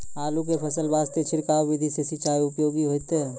आलू के फसल वास्ते छिड़काव विधि से सिंचाई उपयोगी होइतै?